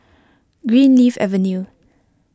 Greenleaf Avenue